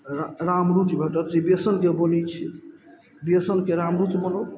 रामरूच भेटत जे बेसनके बनै छै बेसनके रामरूच बनाउ